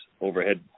overhead